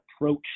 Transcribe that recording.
approach